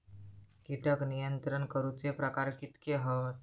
कीटक नियंत्रण करूचे प्रकार कितके हत?